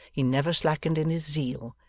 he never slackened in his zeal,